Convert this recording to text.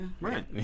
right